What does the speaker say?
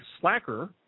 slacker